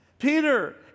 Peter